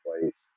place